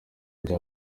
rya